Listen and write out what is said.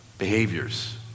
behaviors